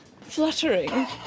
fluttering